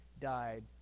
died